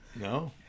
No